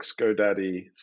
GoDaddy